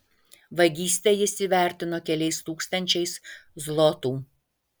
vagystę jis įvertino keliais tūkstančiais zlotų